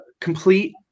complete